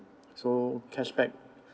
so cashback